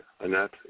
Annette